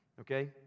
Okay